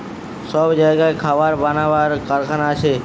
সব জাগায় খাবার বানাবার কারখানা আছে